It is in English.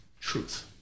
Truth